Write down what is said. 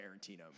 Tarantino